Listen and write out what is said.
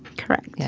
correct. yeah